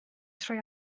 trwy